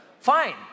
fine